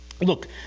Look